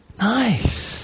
nice